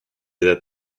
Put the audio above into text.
that